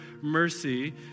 mercy